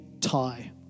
tie